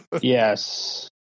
Yes